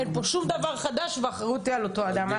אין פה שום דבר חדש והאחריות היא על אותו אדם.